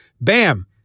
Bam